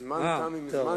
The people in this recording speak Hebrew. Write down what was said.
הזמן תם כבר מזמן.